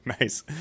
nice